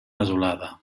desolada